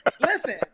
Listen